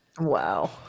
Wow